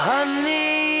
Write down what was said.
Honey